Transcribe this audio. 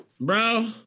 bro